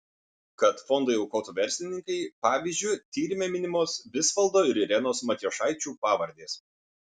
kad fondui aukotų verslininkai pavyzdžiu tyrime minimos visvaldo ir irenos matjošaičių pavardės